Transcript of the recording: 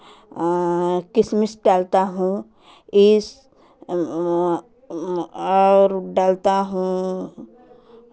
किशमिश डालता हूँ इस और डालता हूँ